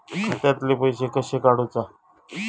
खात्यातले पैसे कशे काडूचा?